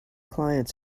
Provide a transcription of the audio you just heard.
clients